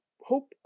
hope